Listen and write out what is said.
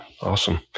awesome